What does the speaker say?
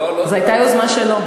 לא, לא, זו הייתה יוזמה שלו.